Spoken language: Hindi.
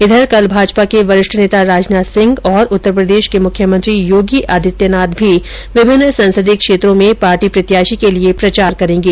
उधर कल भाजपा के वरिष्ठ नेता राजनाथ सिंह और उत्तरप्रदेश के मुख्यमंत्री योगी आदित्यनाथ भी विभिन्न संसदीय क्षेत्रों में पार्टी प्रत्याशी के लिये प्रचार करेंगे